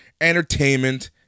entertainment